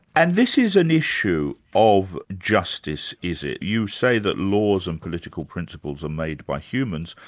and this is an issue of justice is it? you say that laws and political principles are made by humans,